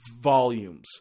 volumes